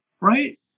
right